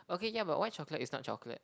okay yeah but white chocolate is not chocolate